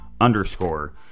underscore